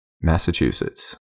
Massachusetts